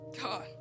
God